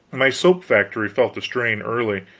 my soap factory felt the strain early.